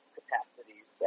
capacities